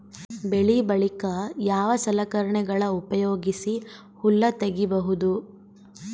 ಬೆಳಿ ಬಳಿಕ ಯಾವ ಸಲಕರಣೆಗಳ ಉಪಯೋಗಿಸಿ ಹುಲ್ಲ ತಗಿಬಹುದು?